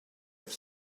have